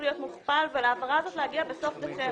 להיות מוכפל ולהעברה הזאת להגיע בסוף דצמבר.